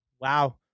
Wow